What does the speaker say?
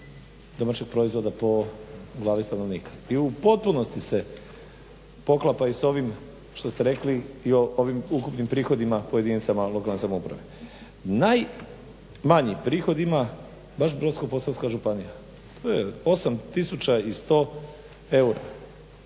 domaćeg proizvoda po 12 stanovnika. I u potpunosti se poklapaju s ovom što ste rekli i o ovim ukupnim prihodima pojedinca …/Govornik se ne razumije./… lokalne samouprave. Najmanji prihod ima baš Brodsko-posavska županija, to je 8 100 eura